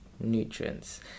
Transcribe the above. nutrients